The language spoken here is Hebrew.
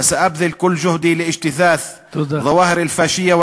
ואעשה כל אשר ביכולתי לעקור מן השורש תופעות של פאשיזם,